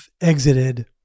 exited